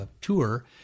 tour